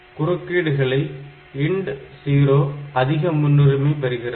குறுக்கீடுகளில் INT0 அதிக முன்னுரிமை பெறுகிறது